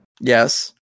Yes